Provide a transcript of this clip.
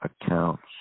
accounts